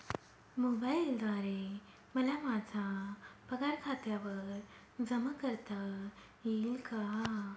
मोबाईलद्वारे मला माझा पगार खात्यावर जमा करता येईल का?